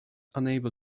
unable